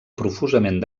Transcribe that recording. profusament